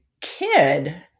kid